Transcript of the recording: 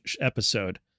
episode